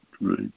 right